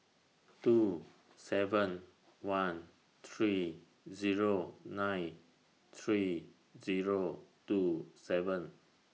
two seven one three Zero nine three Zero two seven